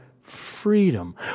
freedom